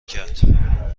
کرد